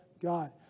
God